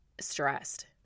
stressed